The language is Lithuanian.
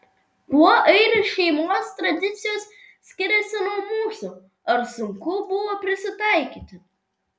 kuo airių šeimos tradicijos skiriasi nuo mūsų ar sunku buvo prisitaikyti